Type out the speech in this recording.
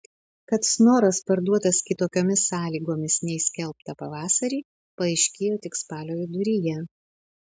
kad snoras parduotas kitokiomis sąlygomis nei skelbta pavasarį paaiškėjo tik spalio viduryje